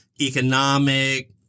economic